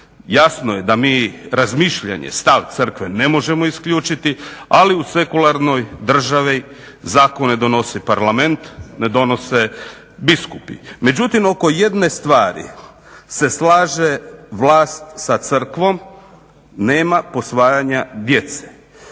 jasno je da mi razmišljanje, stav crkve ne možemo isključiti ali u sekularnoj državi, zakone donosi parlament, ne donose biskupi. Međutim, oko jedne stvari se slaže vlast sa crkvom, nema posvajanja djece.